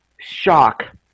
shock